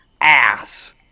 ass